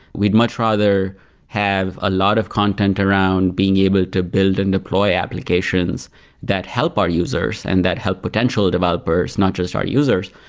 we'd much rather have a lot of content around being able to build and deploy applications that help our users and that help potential developers, not just our users,